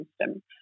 system